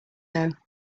though